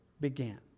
began